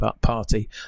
party